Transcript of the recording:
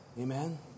amen